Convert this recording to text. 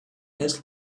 his